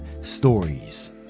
stories